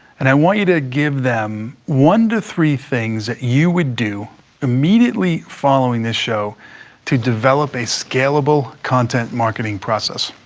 and i want you to give them one to three things that you would do immediately following this show to develop a scalable content marketing process.